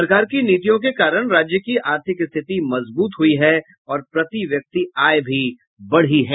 सरकार की नीतियों के कारण राज्य की आर्थिक स्थिति मजबूत हुई है और प्रति व्यक्ति आय भी बढ़ी है